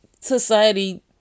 society